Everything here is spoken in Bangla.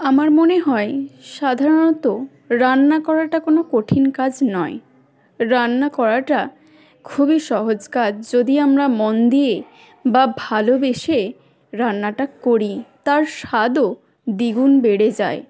আমার মনে হয় সাধারণত রান্না করাটা কোনো কঠিন কাজ নয় রান্না করাটা খুবই সহজ কাজ যদি আমরা মন দিয়ে বা ভালোবেসে রান্নাটা করি তার স্বাদও দ্বিগুণ বেড়ে যায়